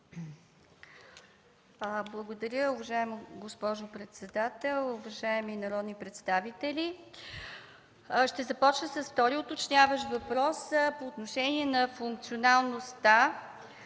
Благодаря, уважаема госпожо председател. Уважаеми народни представители, ще започна с втория уточняващ въпрос по отношение на функционалността.